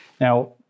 Now